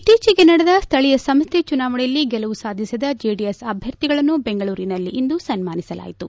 ಇತ್ತೀಚೆಗೆ ನಡೆದ ಸ್ಥಳೀಯ ಸಂಸ್ಥೆ ಚುನಾವಣೆಯಲ್ಲಿ ಗೆಲುವು ಸಾಧಿಸಿದ ಜೆಡಿಎಸ್ ಅಭ್ಯರ್ಥಿಗಳನ್ನು ಬೆಂಗಳೂರಿನಲ್ಲಿ ಇಂದು ಸನ್ಮಾನಿಸಲಾಯಿತು